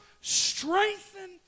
strengthen